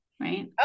right